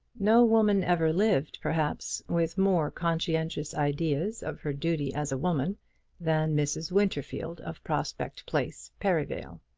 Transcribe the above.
no woman ever lived, perhaps, with more conscientious ideas of her duty as a woman than mrs. winterfield of prospect place, perivale.